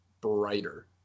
brighter